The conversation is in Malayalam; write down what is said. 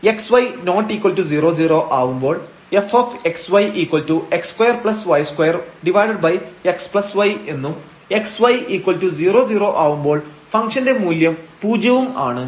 xy≠00 ആവുമ്പോൾ fxyx2y2|x||y| എന്നും xy00 ആവുമ്പോൾ ഫംഗ്ഷൻറെ മൂല്യം പൂജ്യവും ആണ്